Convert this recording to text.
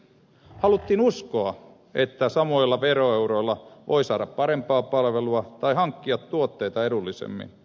haluttiin uskoa että samoilla veroeuroilla voi saada parempaa palvelua tai hankkia tuotteita edullisemmin